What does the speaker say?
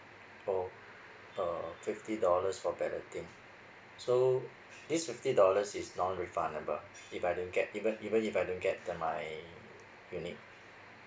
oh uh fifty dollars for balloting so this fifty dollars is non refundable if I don't get even even if I don't get the my unit